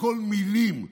הכול מילים.